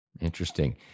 Interesting